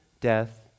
death